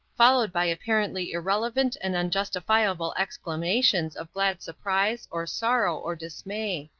followed by apparently irrelevant and unjustifiable exclamations of glad surprise or sorrow or dismay.